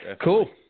Cool